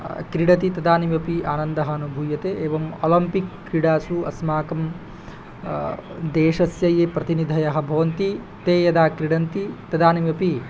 क्रीडति तदानीमपि आनन्दः अनुभूयते एवं ओलम्पिक् क्रीडासु अस्माकं देशस्य ये प्रतिनिधयः भवन्ति ते यदा क्रीडन्ति तदानीमपि